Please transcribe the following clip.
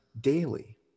daily